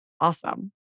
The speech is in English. awesome